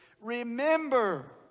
remember